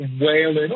wailing